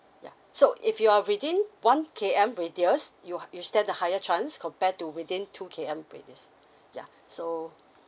yeah so if you are within one K_M radius you you stand a higher chance compare to within two K_M radius yeah so yeah